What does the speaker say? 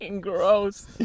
Gross